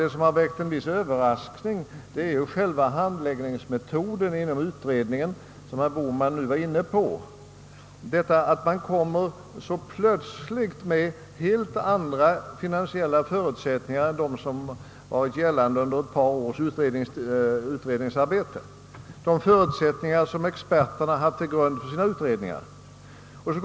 Det som har väckt en viss förvåning är ju själva handläggningsmetoden inom utredningen — som herr Bohman nyss berörde — det förhållandet att man nu så plötsligt redovisar helt andra finansiella förutsättningar än de som varit gällande under ett par års utrednings arbete och som experterna haft till grund för sina utredningar.